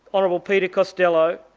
honourable peter costello,